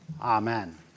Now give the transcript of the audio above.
Amen